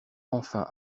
enfin